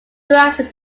director